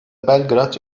belgrad